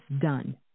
done